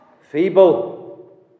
Feeble